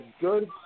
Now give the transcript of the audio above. good